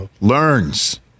learns